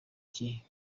cye